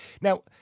Now